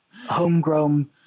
homegrown